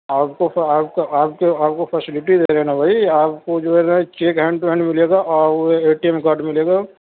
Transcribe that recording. آپ کو پھر آپ کو آپ کے آپ کو فیسلٹی دے رہے نا بھائی آپ کو جو ہے نا چیک ہینڈ ٹو ہینڈ ملے گا اور اے ٹی ایم کارڈ ملے گا